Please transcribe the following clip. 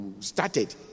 started